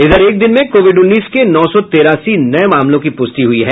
इधर एक दिन में कोविड उन्नीस के नौ सौ तेरासी नये मामलों की पुष्टि हुई है